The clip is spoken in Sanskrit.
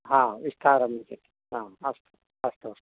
हा विस्तारम् आम् अस्तु अस्तु अस्तु